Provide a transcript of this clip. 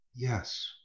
Yes